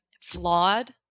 flawed